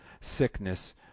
sickness